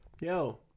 yo